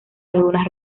algunas